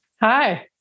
Hi